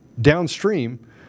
downstream